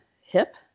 Hip